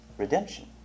Redemption